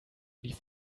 ließ